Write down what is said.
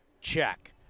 check